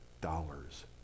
dollars